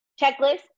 Checklist